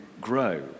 grow